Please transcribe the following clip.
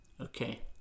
Okay